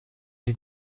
die